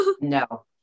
no